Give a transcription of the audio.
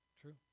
True